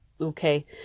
Okay